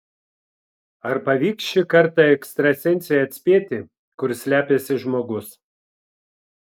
ar pavyks šį kartą ekstrasensei atspėti kur slepiasi žmogus